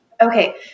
Okay